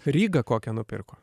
rygą kokią nupirko